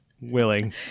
willing